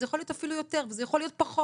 זה יכול להיות אפילו יותר וזה יכול להיות פחות,